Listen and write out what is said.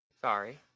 Sorry